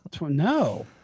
no